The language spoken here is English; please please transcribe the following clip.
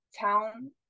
town